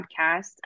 podcast